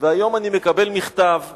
והיום אני מקבל מכתב מהרב,